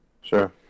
Sure